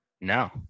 No